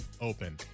open